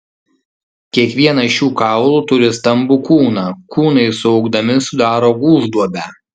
kiekvienas šių kaulų turi stambų kūną kūnai suaugdami sudaro gūžduobę